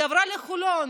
היא עברה לחולון.